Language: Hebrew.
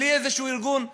בלי איזשהו ארגון,